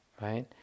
right